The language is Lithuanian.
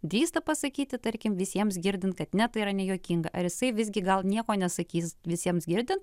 drįsta pasakyti tarkim visiems girdint kad ne tai yra nejuokinga ar jisai visgi gal nieko nesakys visiems girdint